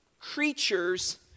creatures